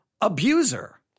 abuser